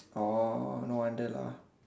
oh no wonder lah